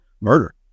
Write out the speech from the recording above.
murder